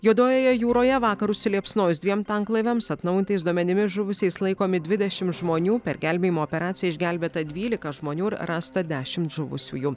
juodojoje jūroje vakar užsiliepsnojus dviem tanklaiviams atnaujintais duomenimis žuvusiais laikomi dvidešimt žmonių per gelbėjimo operaciją išgelbėta dvylika žmonių ir rasta dešimt žuvusiųjų